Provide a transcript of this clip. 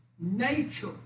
nature